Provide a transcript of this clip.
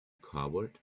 coward